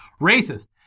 racist